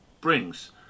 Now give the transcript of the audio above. brings